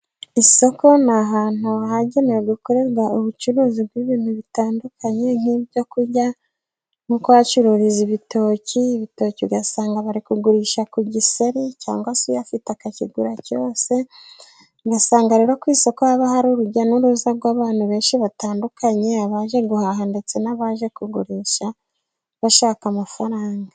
Isoko ni ahantu hagenewe gukorerwa ubucuruzi bw'ibintu bitandukanye nk'ibyo kurya, nko kuhacururiza ibitoki, ibitoki ugasanga bari kugurisha ku giseri cyangwa se uyafite akakigura cyose. Ugasanga rero ku isoko haba hari urujya n'uruza rw'abantu benshi batandukanye abaje guhaha, ndetse n'abaje kugurisha bashaka amafaranga.